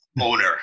owner